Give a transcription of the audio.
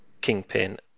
kingpin